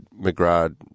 McGrath